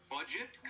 Budget